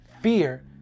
fear